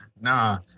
Nah